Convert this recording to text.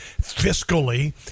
fiscally